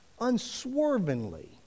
Unswervingly